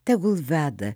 tegul veda